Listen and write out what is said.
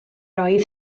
oedd